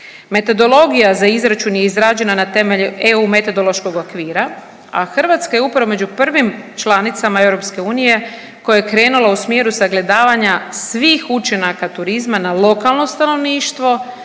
Metodologija za izračun je izrađena na temelju EU metodološkog okvira, a Hrvatska je upravo među prvim članicama EU koja je krenula u smjeru sagledavanja svih učinaka turizma na lokalno stanovništvo,